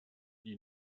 die